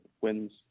wins